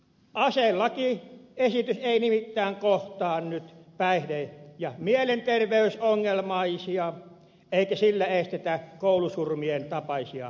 aselakiesitys ei nimittäin kohtaa nyt päihde ja mielenterveysongelmaisia eikä sillä estetä koulusurmien tapaisia väkivallantekoja